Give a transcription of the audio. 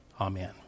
Amen